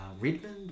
Redmond